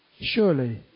Surely